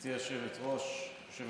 גברתי היושבת בראש.